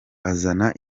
azana